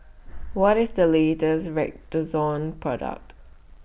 What IS The latest Redoxon Product